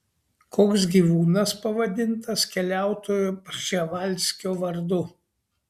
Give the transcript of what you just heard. koks gyvūnas pavadintas keliautojo prževalskio vardu